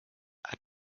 are